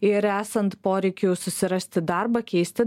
ir esant poreikiu susirasti darbą keisti